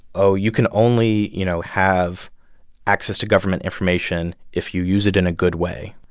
oh, you can only, you know, have access to government information if you use it in a good way,